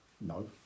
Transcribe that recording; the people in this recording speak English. No